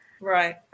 Right